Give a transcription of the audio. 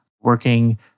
working